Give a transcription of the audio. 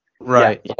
Right